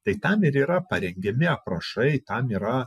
tai tam yra parengiami aprašai tam yra